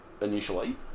initially